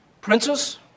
princess